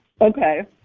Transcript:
Okay